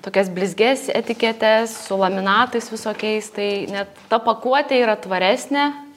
tokias blizgias etiketes su laminatais visokiais tai net ta pakuotė yra tvaresnė